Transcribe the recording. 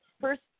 first –